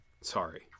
sorry